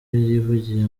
yivugiye